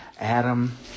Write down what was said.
Adam